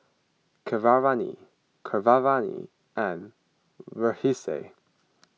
Keeravani Keeravani and Verghese